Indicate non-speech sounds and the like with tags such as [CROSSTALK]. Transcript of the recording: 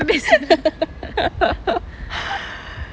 [NOISE]